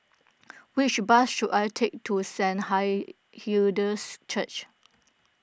which bus should I take to Saint Hi Hilda's Church